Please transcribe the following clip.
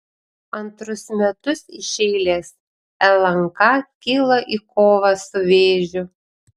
antrus metus iš eilės lnk kyla į kovą su vėžiu